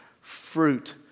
fruit